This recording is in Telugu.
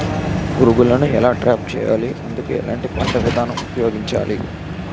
పురుగులను ఎలా ట్రాప్ చేయాలి? అందుకు ఎలాంటి పంట విధానం ఉపయోగించాలీ?